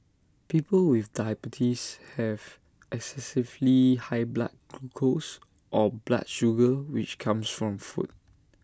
people with diabetes have excessively high blood glucose or blood sugar which comes from food